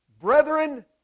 brethren